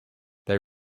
they